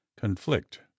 conflict